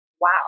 Wow